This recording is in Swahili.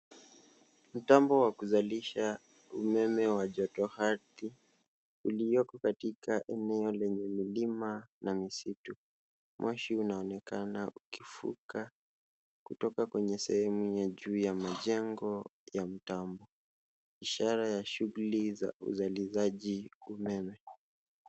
Mtambo wa kuzalisha ememe wa joto ardhi ulioko katika eneo lenye milima na misitu. Moshi unaonekana ukifuka kutoka kwenye sehemu ya juu ya majengo ya mtambo, ishara ya shughuli za uzalishaji umeme.